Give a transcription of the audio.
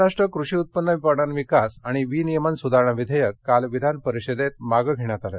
महाराष्ट्र कृषी उत्पन्न पणन विकास आणि विनियमन सुधारणा विधेयक काल विधानपरिषदेत मागे घेण्यात आलं